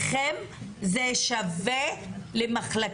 האם המחלקות הייעודיות מבחינתכם שוות למחלקי